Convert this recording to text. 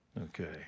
Okay